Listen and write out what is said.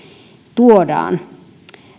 tuodaan